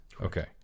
Okay